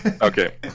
Okay